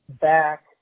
back